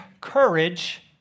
courage